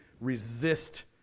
resist